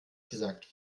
gesagt